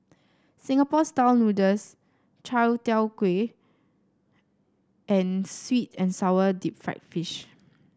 Singapore style noodles Chai Tow Kway and sweet and sour Deep Fried Fish